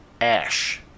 ash